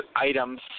items